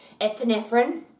epinephrine